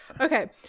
Okay